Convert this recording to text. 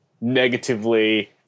negatively